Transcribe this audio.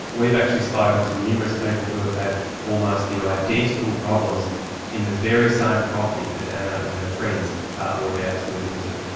we've actually spoken to numerous people who have had almost the identical problems in the very same property that anna and her friends were about to move into.